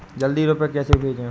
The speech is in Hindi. जल्दी रूपए कैसे भेजें?